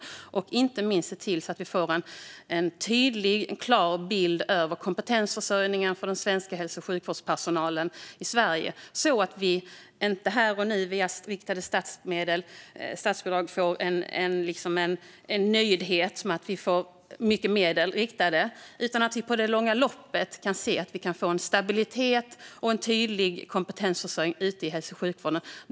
Det handlar inte minst om att få en tydlig bild av kompetensförsörjningen när det gäller den svenska hälso och sjukvårdspersonalen, så att vi inte här och nu via riktade statsbidrag får en nöjdhet med att det riktas mycket medel utan i det långa loppet kan se att vi får en stabilitet och en tydlig kompetensförsörjning ute i hälso och sjukvården.